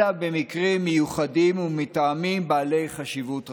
אלא במקרים מיוחדים ומטעמים בעלי חשיבות רבה".